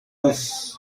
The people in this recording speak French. tous